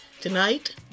tonight